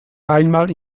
einmal